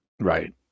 Right